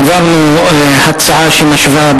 העברנו בקדנציה הקודמת הצעה שמשווה,